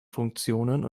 funktionen